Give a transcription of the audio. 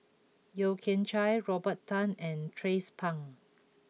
Yeo Kian Chai Robert Tan and Tracie Pang